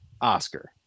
oscar